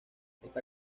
está